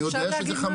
אני יודע שזה חמור.